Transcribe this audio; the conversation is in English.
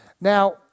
Now